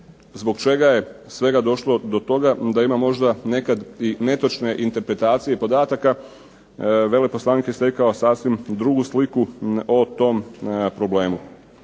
zbog čega je svega došlo do toga, da ima možda nekad i netočne interpretacije podataka, veleposlanik je stekao sasvim drugu sliku o tom problemu.